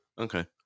okay